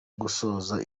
gusoza